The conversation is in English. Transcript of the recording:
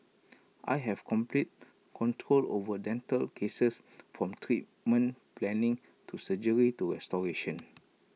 I have complete control over dental cases from treatment planning to surgery to restoration